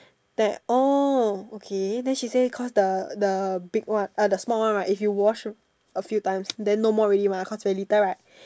then I oh okay then she say cause the the big one uh the small one right if you wash a few times then no more already mah cause very little right